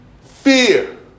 fear